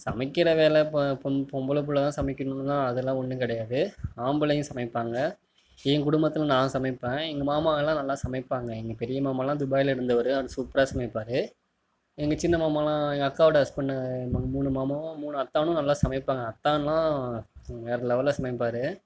சமைக்கிற வேலை இப்போ பொம்பளை பிள்ளை தான் சமைக்கணும்லாம் அதுலாம் ஒன்றும் கிடையாது ஆம்பளையும் சமைப்பாங்க என் குடும்பத்தில் நான் சமைப்பேன் எங்கள் மாமாலாம் நல்லா சமைப்பாங்க எங்கள் பெரிய மாமாலாம் துபாயில் இருந்தவர் அவர் சூப்பராக சமைப்பார் எங்க சின்ன மாமாலாம் எங்கள் அக்காவோட ஹஸ்பெண்ட் மூணு மாமாவும் மூணு அத்தானும் நல்லா சமைப்பாங்க அத்தான்லாம் வேற லெவலில் சமைப்பார்